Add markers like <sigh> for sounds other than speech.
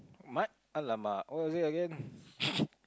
mat~ !alamak! what was it again <laughs>